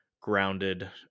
grounded